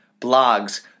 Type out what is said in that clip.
Blogs